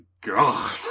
god